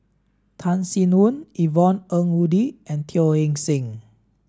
Tan Sin Aun Yvonne Ng Uhde and Teo Eng Seng